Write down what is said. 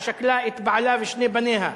ששכלה את בעלה ושני בניה.